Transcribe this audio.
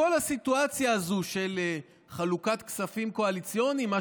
בכל הסיטואציה הזאת של חלוקת כספים קואליציוניים,